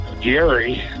Gary